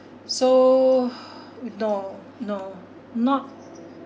so no no not